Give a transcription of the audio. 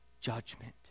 judgment